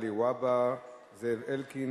מגלי והבה, זאב אלקין,